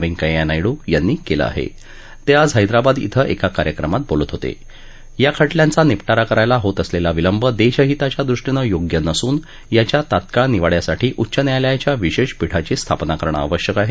वेंकय्या नायडू यांनी कलि आहाताआज हैदराबाद इथं एका कार्यक्रमात बोलत होता प्रा खटल्यांचा निपटारा करायला होत असल्वी विलंब दशहिताच्या दृष्टीनं योग्य नसून याच्या तात्काळ निवाडयासाठी उच्च न्यायालयाच्या विशृष्कपीठाची स्थापना करणं आवश्यक आह